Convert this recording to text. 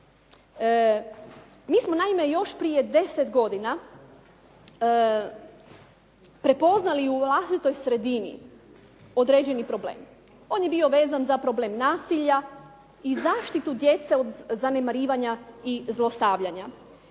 Mi smo naime još prije 10 godina prepoznali u vlastitoj sredini određeni problem. On je bio vezan za problem nasilja i zaštitu djece od zanemarivanja i zlostavljanja.